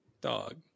dog